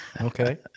okay